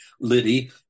Liddy